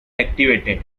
activated